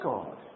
God